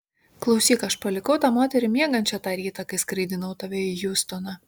klausyk aš palikau tą moterį miegančią tą rytą kai skraidinau tave į hjustoną